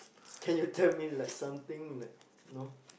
can you tell me like something like know